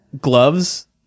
gloves